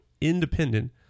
independent